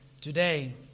today